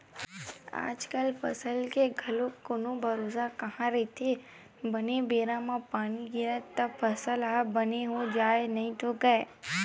आजकल फसल के घलो कोनो भरोसा कहाँ रहिथे बने बेरा म पानी गिरगे तब तो फसल ह बने हो जाथे नइते गय